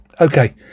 Okay